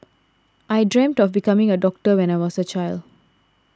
I dreamt of becoming a doctor when I was a child